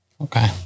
Okay